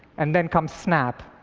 and then comes snap.